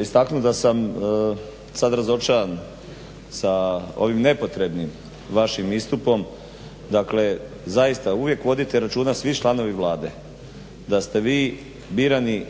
istaknuti da sam sad razočaran sa ovim nepotrebnim vašim istupom. Dakle, zaista uvijek vodite računa svi članovi Vlade da ste vi birani